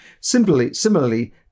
Similarly